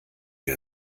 wir